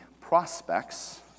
prospects